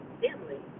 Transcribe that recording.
family